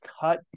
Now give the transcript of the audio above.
cut